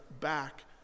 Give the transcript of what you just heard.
back